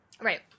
Right